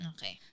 Okay